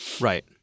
right